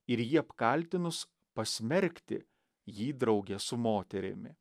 ir jį apkaltinus pasmerkti jį drauge su moterimi